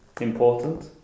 important